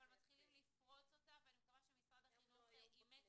אבל מתחילים לפרוץ אותה ואני מקווה שמשרד החינוך אימץ